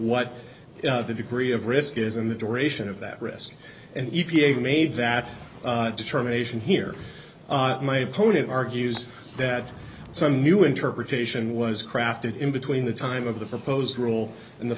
what the degree of risk is in the duration of that risk and you create made that determination here my opponent argues that some new interpretation was crafted in between the time of the proposed rule in the